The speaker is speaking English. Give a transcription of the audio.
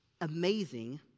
amazing